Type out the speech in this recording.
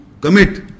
commit